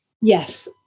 Yes